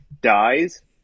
dies